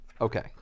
Okay